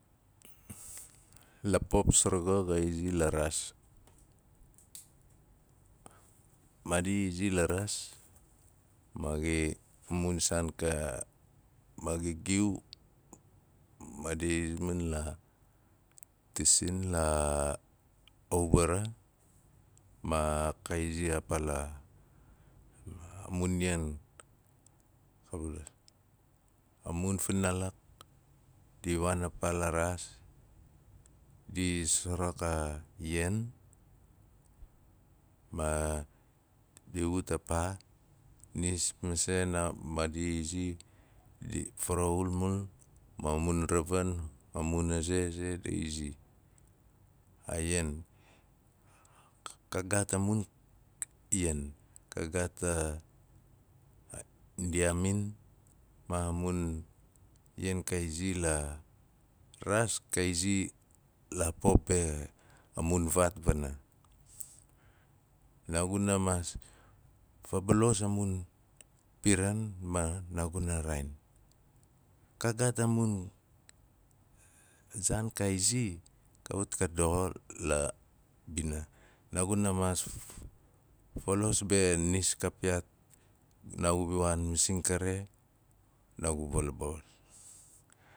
La pop saraga, ga izi la raas maadi zi la raas, maadi a mun saan ka- maadi giu maadi min la- lasin a uvara ma ka izi a paa la a mun ian a mun finaalik di waan a paa la raas, di sarak a ian, ma di ut a paa, nis masei naa maaadi zi, dit faraxalmal, ma mun ravin, amun aze, ze di izi. Aa ian, ka kagaat a mun ian ka la pop be a vaat ka iziar wana. Naaguina maas fabalos a mun, zaan ka izi kawat na doxo la bina. Naaguna maas falos be nis ka piyaat masing kari naagu val- o